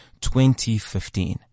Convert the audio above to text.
2015